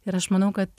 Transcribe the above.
ir aš manau kad